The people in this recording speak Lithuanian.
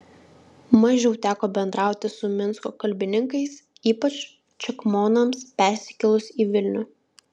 mažiau teko bendrauti su minsko kalbininkais ypač čekmonams persikėlus į vilnių